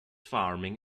farming